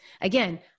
again